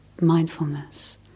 mindfulness